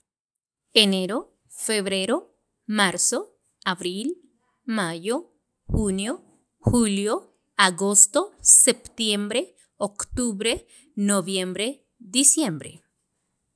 enero, febrero, marzo, abril, mayo, junio, julio, agosto, septiembre, octubre, noviembre, diciembre.